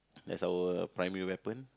as our primary weapon